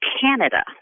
Canada